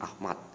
Ahmad